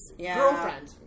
Girlfriend